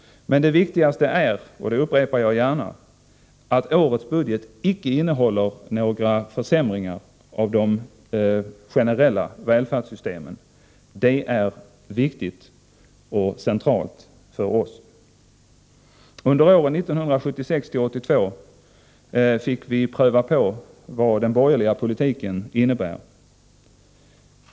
Men det viktigaste är, och det upprepar jag gärna, att årets budget icke innehåller några förslag till försämringar av de generella välfärdssystemen. Det är viktigt och centralt för oss. Under åren 1976-1982 fick vi pröva på vad den borgerliga politiken innebär.